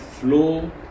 flow